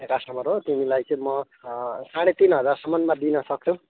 मेरो कस्टमर हो तिमीलाई चाहिँ म साढे तिन हजारसम्ममा दिनसक्छु